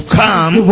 come